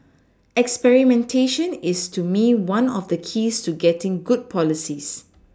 experimentation is to me one of the keys to getting good policies